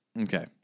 Okay